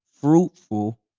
fruitful